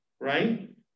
Right